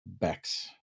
Bex